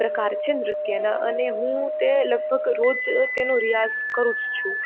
પ્રકાર છે નૃત્યના અને હું તે લગભગ રોજ તેનો રિયાઝ કરું જ છું